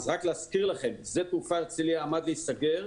רק להזכיר לכם ששדה תעופה הרצליה עמד להיסגר,